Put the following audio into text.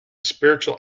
spiritual